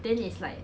then it's like